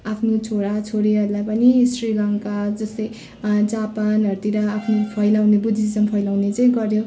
आफ्नो छोरा छोरीहरूलाई पनि श्रीलङ्का जस्तै जापानहरूतिर आफ्नो फैलाउने बुद्धिजम् फैलाउने चाहिँ गऱ्यो